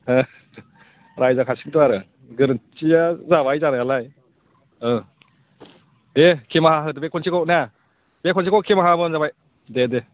रायजाखासिगोनथ' आरो गोरोन्थिया जाबाय जानायालाय दे खेमाहा होदो दे खनसेखौ ना बे खनसेखौ खेमाहा होबानो जाबाय दे दे